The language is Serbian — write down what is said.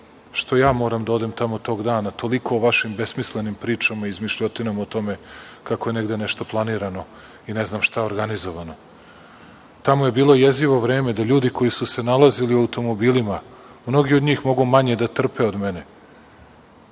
što ja moram da odem tamo tog dana. Toliko o vašim besmislenim pričama, izmišljotinama o tome kako je negde nešto planirano i ne znam šta organizovano. Tamo je bilo jezivo vreme, da ljudi koji su se nalazili u automobilima, mnogi od njih mogu manje da trpe od mene,